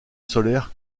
solaire